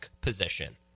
position